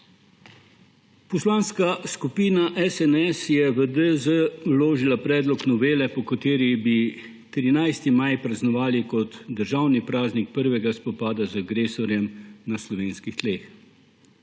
Poslanska skupina SNS je v Državni zbor vložila predlog novele, po kateri bi 13. maj praznovali kot državni praznik prvega spopada z agresorjem na slovenskih tleh.